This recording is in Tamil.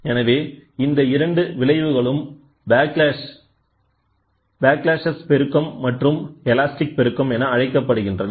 எனவே இந்த இரண்டு விளைவுகளும் ப்ளாக்ளாஷ் பெருக்கம் மற்றும் எலாஸ்டிக் பெருக்கம் என அழைக்கப்படுகின்றன